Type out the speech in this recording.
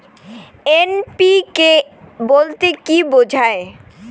NPK বলতে কী বোঝায়?